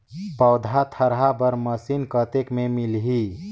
पौधा थरहा बर मशीन कतेक मे मिलही?